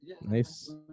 Nice